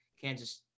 Kansas –